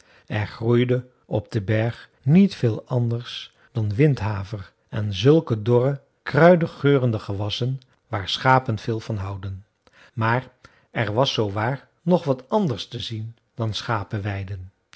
er groeide op den berg niet veel anders dan windhaver en zulke dorre kruidig geurende gewassen waar schapen veel van houden maar er was zoowaar nog wat anders te zien dan